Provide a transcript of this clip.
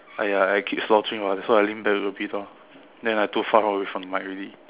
!aiya! I keep slouching [what] that's why I lean back a bit orh then I too far away from the mic already